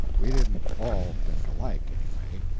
we didn't all think alike, anyway.